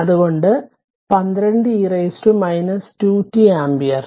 അത് കൊണ്ട് 12e 2t ampere